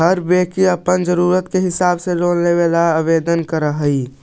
हर व्यक्ति अपन ज़रूरत के हिसाब से लोन लागी आवेदन कर हई